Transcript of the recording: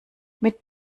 mit